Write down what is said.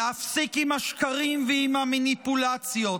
להפסיק עם השקרים ועם המניפולציות.